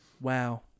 Wow